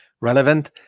relevant